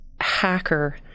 hacker